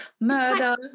murder